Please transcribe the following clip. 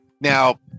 Now